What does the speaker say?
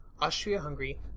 Austria-Hungary